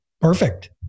Perfect